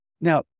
Now